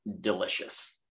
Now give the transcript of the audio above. delicious